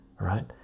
right